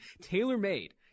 tailor-made